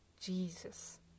Jesus